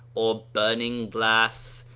or burning glass,